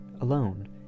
alone